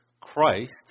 Christ